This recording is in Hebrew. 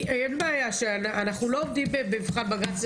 אנחנו לא עומדים במבחן בג"ץ,